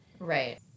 Right